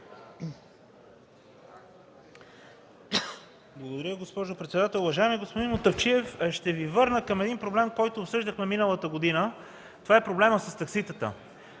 Благодаря, госпожо председател. Уважаеми господин Мутафчиев, ще Ви върна към един проблем, който обсъждахме миналата година – проблемът с такситата.